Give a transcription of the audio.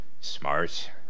smart